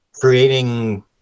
creating